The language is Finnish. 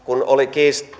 kun oli